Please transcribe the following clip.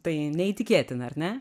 tai neįtikėtina ar ne